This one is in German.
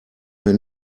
mir